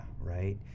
Right